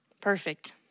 Perfect